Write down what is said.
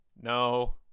No